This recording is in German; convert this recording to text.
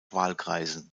wahlkreisen